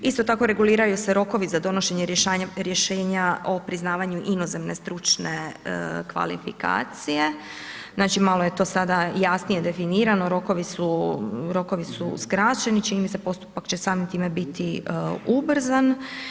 Isto tako reguliraju se rokovi za donošenje rješenja o priznavanju inozemne stručne kvalifikacije, znači malo je to sada jasnije definirano rokovi su, rokovi su skraćeni, čini mi se postupak će samim time biti ubrzan.